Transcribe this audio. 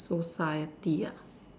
society ah